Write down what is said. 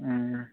ꯎꯝ